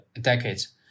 decades